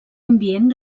ambient